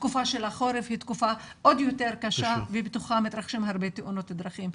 התקופה של החורף היא תקופה עוד יותר קשה ומתרחשות בה הרבה תאונות דרכים.